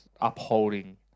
upholding